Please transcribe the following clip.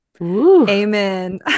Amen